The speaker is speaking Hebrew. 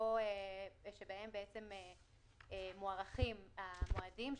שבהן מוארכים המועדים,